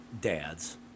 dads